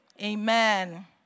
Amen